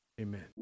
Amen